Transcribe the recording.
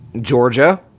Georgia